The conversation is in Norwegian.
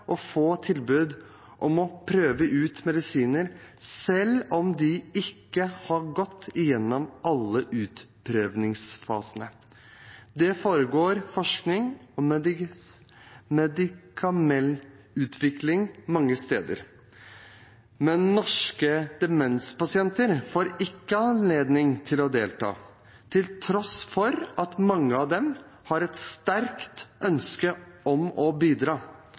få tilbud om å prøve ut medisiner selv om de ikke har gått igjennom alle utprøvingsfasene. Det foregår forskning og medikamentutvikling mange steder, men norske demenspasienter får ikke anledning til å delta, til tross for at mange av dem har et sterkt ønske om å bidra, både i håp om egen kur og ikke minst for å bidra